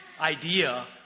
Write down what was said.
idea